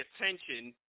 attention